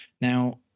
Now